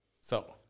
So-